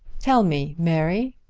tell me, mary.